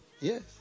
yes